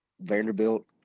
Vanderbilt